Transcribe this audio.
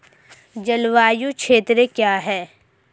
जलवायु क्षेत्र क्या है?